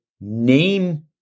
name